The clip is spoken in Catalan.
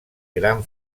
gran